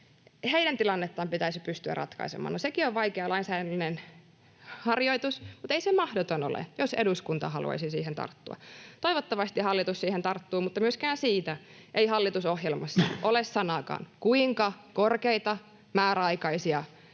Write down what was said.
kanssa, pitäisi pystyä ratkaisemaan. No, sekin on vaikea lainsäädännöllinen harjoitus, mutta ei se mahdoton ole, jos eduskunta haluaisi siihen tarttua. Toivottavasti hallitus siihen tarttuu, mutta ei hallitusohjelmassa ole sanaakaan myöskään siitä, kuinka korkeahintaisia määräaikaisia